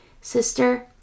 Sister